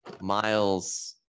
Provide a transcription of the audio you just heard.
Miles